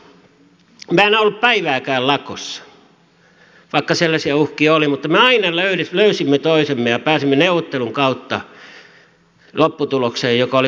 minä en ole ollut päivääkään lakossa vaikka sellaisia uhkia oli mutta me aina löysimme toisemme ja pääsimme neuvottelun kautta lopputulokseen joka oli kummallekin hyvä